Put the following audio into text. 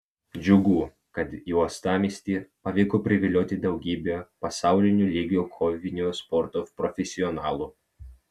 džiugu kad į uostamiestį pavyko privilioti daugybę pasaulinio lygio kovinio sporto profesionalų